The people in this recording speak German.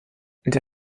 der